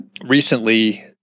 recently